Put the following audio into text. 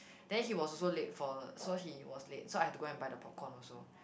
then he was also late for so he was late so I have to go and buy the popcorn also